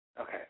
Okay